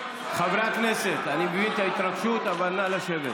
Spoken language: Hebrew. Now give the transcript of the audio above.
חברי הכנסת, אני מבין את ההתרגשות אבל נא לשמור